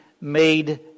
made